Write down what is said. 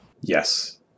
yes